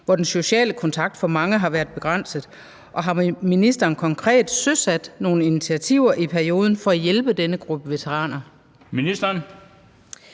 hvor den sociale kontakt for mange har været begrænset, og har ministeren konkret søsat nogle initiativer i perioden for at hjælpe denne gruppe veteraner?